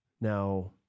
Now